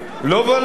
לא ולא.